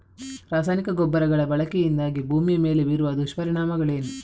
ರಾಸಾಯನಿಕ ಗೊಬ್ಬರಗಳ ಬಳಕೆಯಿಂದಾಗಿ ಭೂಮಿಯ ಮೇಲೆ ಬೀರುವ ದುಷ್ಪರಿಣಾಮಗಳೇನು?